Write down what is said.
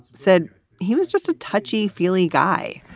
said he was just a touchy feely guy,